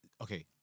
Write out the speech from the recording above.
okay